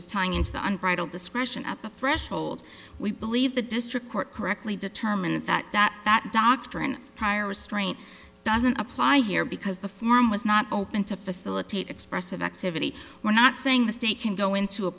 is tying into the unbridled discretion at the threshold we believe the district court correctly determined that that doctrine prior restraint doesn't apply here because the forum was not open to facilitate expressive activity we're not saying the state can go into a